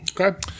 Okay